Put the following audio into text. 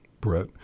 Brett